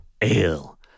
ale